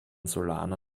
solana